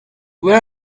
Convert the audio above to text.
where